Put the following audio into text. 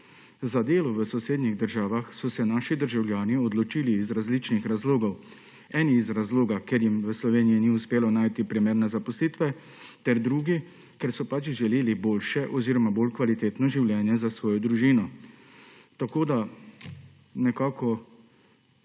Za delo v sosednjih državah so se naši državljani odločili iz različnih razlogov. Eni iz razloga, ker jim v Sloveniji ni uspelo najti primerne zaposlitve, ter drugi, ker so pač želeli boljše oziroma bolj kvalitetno življenje za svojo družino.